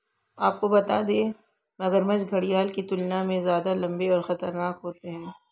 आपको बता दें, मगरमच्छ घड़ियाल की तुलना में ज्यादा लम्बे और खतरनाक होते हैं